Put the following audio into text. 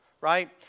Right